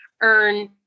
earn